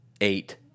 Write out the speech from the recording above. eight